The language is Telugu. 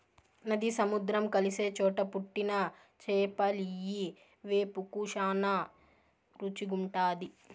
నది, సముద్రం కలిసే చోట పుట్టిన చేపలియ్యి వేపుకు శానా రుసిగుంటాది